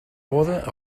boda